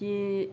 কে